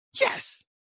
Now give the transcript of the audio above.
yes